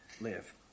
live